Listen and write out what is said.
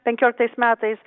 penkioliktais metais